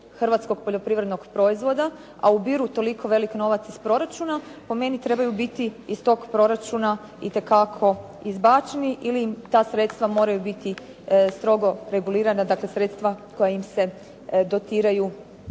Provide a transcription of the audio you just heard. hrvatskog poljoprivrednog proizvoda, a ubiru toliko veliki novac iz proračuna, po meni trebaju biti iz tog proračuna itekako izbačeni ili im ta sredstva moraju biti strogo regulirana, dakle sredstva koja im se dotiraju